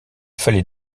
fallait